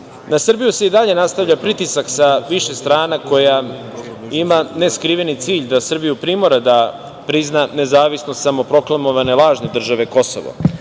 Na Srbiju se i dalje nastavlja pritisak sa više strana koji ima neskriveni cilj da Srbiju primora da prizna nezavisnost samoproklamovane lažne države Kosov.